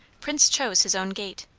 prince chose his own gait.